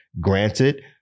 Granted